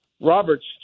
Roberts